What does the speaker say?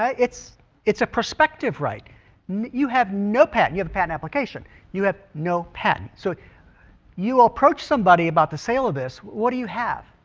ah it's it's a prospective right you have no pet you have a patent application you have no pet so you approach somebody about the sale abyss what do you have